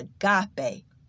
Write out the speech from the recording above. agape